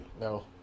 no